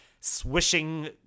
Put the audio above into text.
swishing